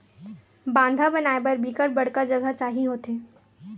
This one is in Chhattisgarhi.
बांधा बनाय बर बिकट बड़का जघा चाही होथे